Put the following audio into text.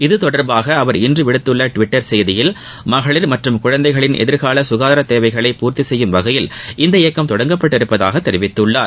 இது தொடர்பாக அவர் இன்று விடுத்துள்ள டுவிட்டர் செய்தியில் மகளிர் மற்றும் குழந்தைகளின் எதிர்கால சுகாதார தேவைகளை பூர்த்தி செய்யும் வகையில் இந்த இயக்கம் தொடங்கப்பட்டுள்ளதாக தெரிவித்துள்ளார்